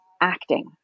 acting